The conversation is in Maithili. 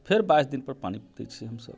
फेर बाइस दिन पर पानि दै छी हम सभ